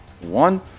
one